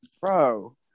bro